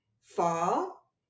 fall